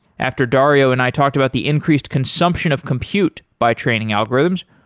after dario and i talked about the increased consumption of compute by training algorithms,